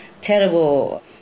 terrible